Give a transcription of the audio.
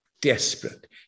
desperate